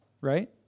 Right